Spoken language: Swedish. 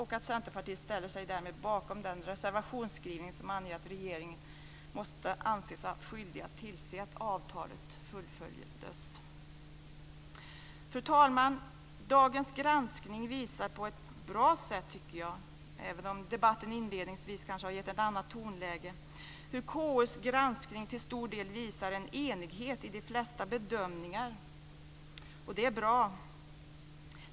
Centerpartiet ställer sig därmed bakom den reservationsskrivning som anger att regeringen måste anses haft skyldighet att tillse att avtalet fullföljdes. Fru talman! Även om debatten inledningsvis har haft ett annat tonläge, tycker jag att KU:s granskning på ett bra sätt visar en enighet i de flesta bedömningar. Det är bra.